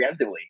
preemptively